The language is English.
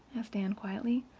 asked anne quietly.